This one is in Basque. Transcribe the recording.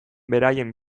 beraien